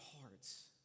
hearts